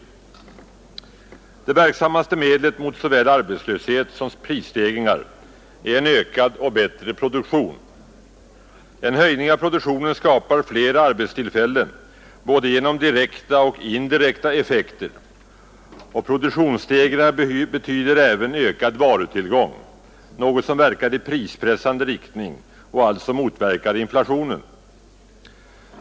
Det verksammaste medlet mot såväl arbetslöshet som prisstegringar är en ökad och bättre produktion. En höjning av produktionen skapar fler arbetstillfällen både genom direkta och indirekta effekter, och produktionsstegringar betyder även ökad varutillgång — något som verkar i prispressande riktning och alltså motverkar inflationen.